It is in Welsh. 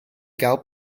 gael